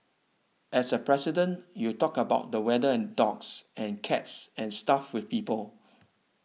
as a President you talk about the weather and dogs and cats and stuff with people